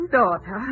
daughter